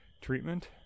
treatment